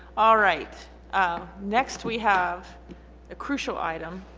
all right ah next we have a crucial item